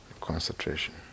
Concentration